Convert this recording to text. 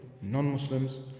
non-Muslims